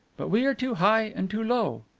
but we are too high and too low!